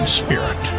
spirit